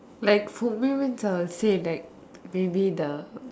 like for me means I would say like maybe the